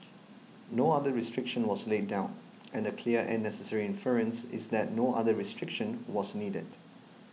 no other restriction was laid down and the clear and necessary inference is that no other restriction was needed